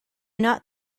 not